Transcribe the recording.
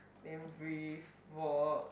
then breathe walk